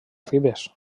ribes